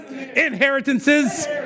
Inheritances